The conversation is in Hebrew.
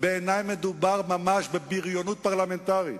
בעיני מדובר ממש בבריונות פרלמנטרית,